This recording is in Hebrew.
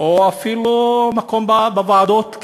או אפילו מקום בוועדות,